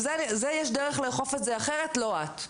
את זה יש דרך לאכוף, אחרת זה לא את.